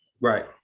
Right